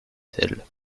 tel